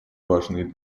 важны